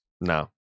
No